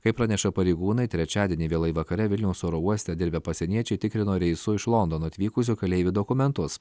kaip praneša pareigūnai trečiadienį vėlai vakare vilniaus oro uoste dirbę pasieniečiai tikrino reisu iš londono atvykusių keleivių dokumentus